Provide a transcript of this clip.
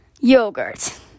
yogurt